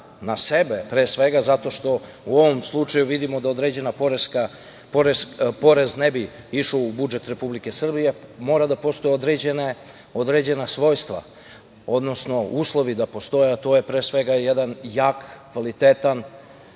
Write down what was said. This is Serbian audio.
na sebe, pre svega, zato što u ovom slušaju vidimo da određeni porez ne bi išao u budžet Republike Srbije. Moraju da postoje određena svojstva, odnosno uslovi da postoje, a to je pre svega jedan jak, kvalitetan